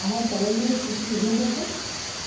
আমার ক্যালেন্ডারে কী কী ইভেন্ট আছে